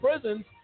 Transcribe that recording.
prisons